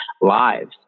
lives